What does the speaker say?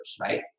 right